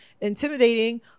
intimidating